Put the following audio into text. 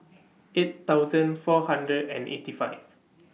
eight thousand four hundred and eighty five